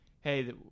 hey